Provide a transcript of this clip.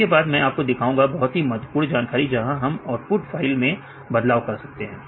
इसके बाद मैं आपको दिखाऊंगा बहुत ही महत्वपूर्ण जानकारी जहां हम आउटपुट फाइल मैं बदलाव कर सकते हैं